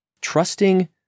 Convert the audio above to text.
Trusting